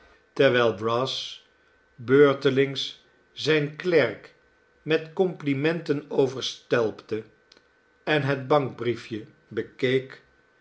terwijl brass beurtelings zijn klerk met complimenten overstelpte en het bankbriefje bekeek